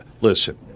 listen